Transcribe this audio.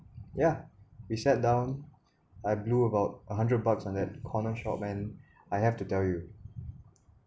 ya we sat down I blew about a hundred bucks at that corner shop and I have to tell you